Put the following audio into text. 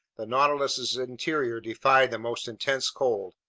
the nautilus's interior defied the most intense cold.